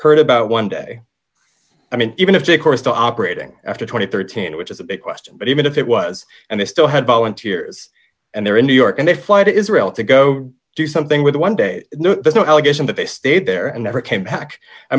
heard about one day i mean even if they chorused the operating after two thousand and thirteen which is a big question but even if it was and they still had volunteers and they're in new york and they fly to israel to go do something with one day there's no allegation that they stayed there and never came back i